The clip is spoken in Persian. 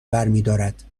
برمیدارد